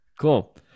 cool